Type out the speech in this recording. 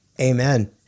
Amen